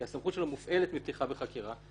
כי הסמכות שלו מופעלת מפתיחה בחקירה.